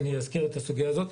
אני אזכיר את הסוגייה הזאת.